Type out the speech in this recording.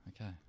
okay